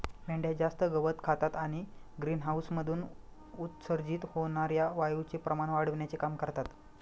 मेंढ्या जास्त गवत खातात आणि ग्रीनहाऊसमधून उत्सर्जित होणार्या वायूचे प्रमाण वाढविण्याचे काम करतात